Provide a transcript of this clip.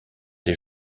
des